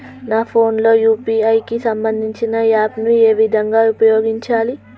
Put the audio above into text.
నా ఫోన్ లో యూ.పీ.ఐ కి సంబందించిన యాప్ ను ఏ విధంగా ఉపయోగించాలి?